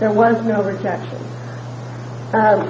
there was no rejection